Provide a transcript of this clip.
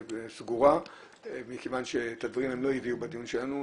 סגורה מכיוון שאת הדברים הם לא יביאו בדיון שלנו,